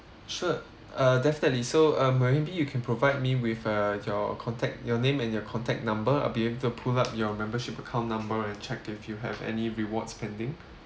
sure uh definitely so uh but maybe you can provide me with uh your contact your name and your contact number I'll be able to pull up your membership account number and check if you have any rewards pending